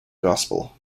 gospel